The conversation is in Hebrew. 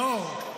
נאור.